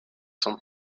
sont